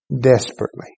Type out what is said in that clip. desperately